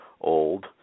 old